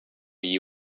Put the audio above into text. you